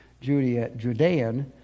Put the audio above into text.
Judean